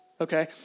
Okay